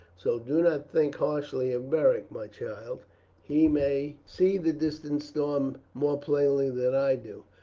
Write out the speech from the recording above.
so do not think harshly of beric, my child he may see the distant storm more plainly than i do.